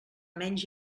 menys